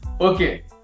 Okay